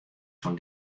fan